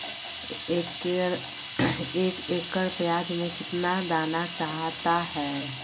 एक एकड़ प्याज में कितना दाना चाहता है?